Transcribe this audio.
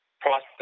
process